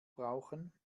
brauchen